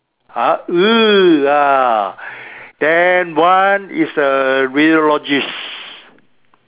!huh! !ee! ah then one is the radiologist